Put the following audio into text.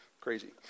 crazy